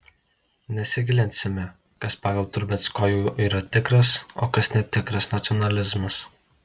nesigilinsime kas pagal trubeckojų yra tikras o kas netikras nacionalizmas